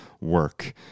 work